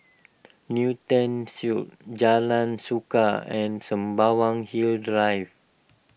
Newton Suites Jalan Suka and Sembawang Hills Drive